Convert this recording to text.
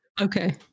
okay